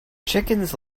chickens